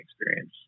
experience